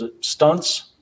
Stunts